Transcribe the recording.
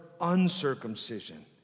uncircumcision